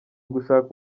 ugushaka